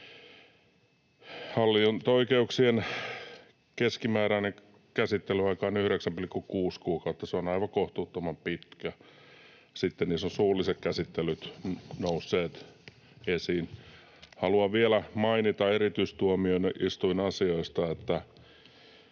Hallinto-oikeuksien keskimääräinen käsittelyaika on 9,6 kuukautta. Se on aivan kohtuuttoman pitkä. Sitten niissä on suulliset käsittelyt nousseet esiin. Haluan vielä mainita erityistuomioistuinasioista,